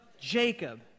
Jacob